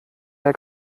der